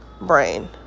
brain